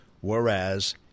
whereas